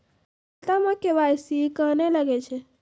खाता मे के.वाई.सी कहिने लगय छै?